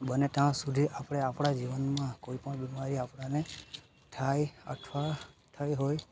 બને ત્યાં સુધી આપણે આણાંળા જીવનમાં કોઈપણ બીમારી આપણને થાય અથવા થઈ હોય